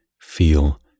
feel